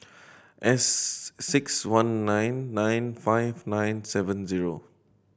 S six one nine nine five nine seven zero